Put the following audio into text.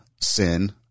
sin